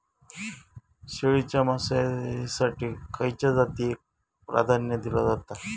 शेळीच्या मांसाएसाठी खयच्या जातीएक प्राधान्य दिला जाता?